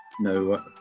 no